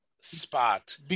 spot